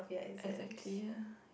exactly lah